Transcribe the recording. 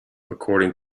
according